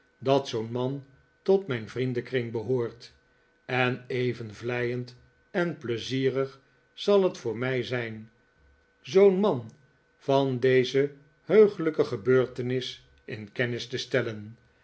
dat zoo'n man tot mijn vriendenkring behoort en even vleiend en pleizierig zal het voor mij zijn zoo'n man van deze heuglijke gebeurtenis in kennis te stellen